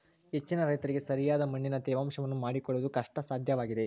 ಹೆಚ್ಚಿನ ರೈತರಿಗೆ ಸರಿಯಾದ ಮಣ್ಣಿನ ತೇವಾಂಶವನ್ನು ಮಾಡಿಕೊಳ್ಳವುದು ಕಷ್ಟಸಾಧ್ಯವಾಗಿದೆ